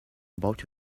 about